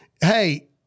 hey